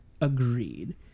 Agreed